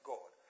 God